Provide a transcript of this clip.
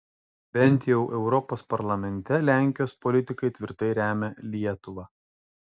bent jau europos parlamente lenkijos politikai tvirtai remia lietuvą